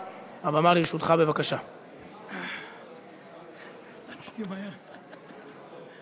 חבר הכנסת איתן ברושי מבקש להוסיף את תמיכתו בהצעה לתיקוני התקנון,